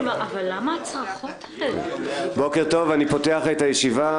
אני פותח את הישיבה.